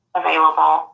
available